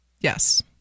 Yes